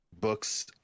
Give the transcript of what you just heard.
books